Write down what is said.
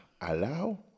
allow